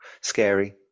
scary